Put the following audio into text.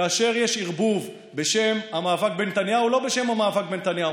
כאשר יש ערבוב בשם המאבק בנתניהו או לא בשם המאבק בנתניהו,